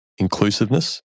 inclusiveness